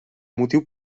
motiu